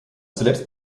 zuletzt